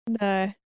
No